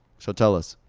so tell us.